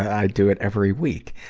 i do it every week.